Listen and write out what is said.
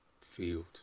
field